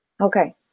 Okay